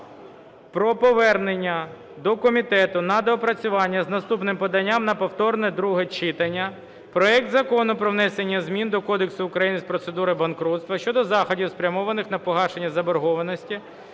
про повернення до комітету на доопрацювання з наступним поданням на повторне друге читання проект Закону про внесення змін до Кодексу України з процедур банкрутства (щодо заходів, спрямованих на погашення заборгованості,